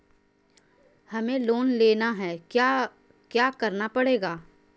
हमें लोन लेना है क्या क्या करना पड़ेगा?